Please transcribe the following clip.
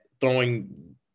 throwing